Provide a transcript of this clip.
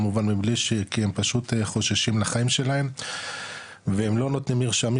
כי הם פשוט חוששים לחיים שלהם והם לא נותנים מרשמים,